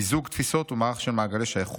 מיזוג תפיסות ומערך של מעגלי שייכות,